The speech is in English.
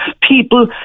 people